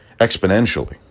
exponentially